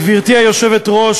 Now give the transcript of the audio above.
גברתי היושבת-ראש,